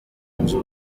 nzu